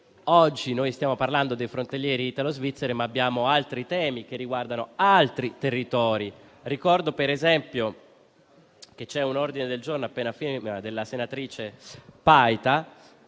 oggi noi stiamo parlando dei frontalieri italo-svizzeri, ma abbiamo temi simili che riguardano altri territori. Ricordo, per esempio, un ordine del giorno a prima firma della senatrice Paita